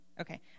okay